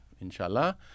inshallah